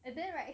and then right